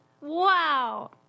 Wow